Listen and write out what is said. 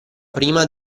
prima